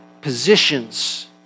positions